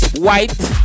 White